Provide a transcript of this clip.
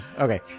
Okay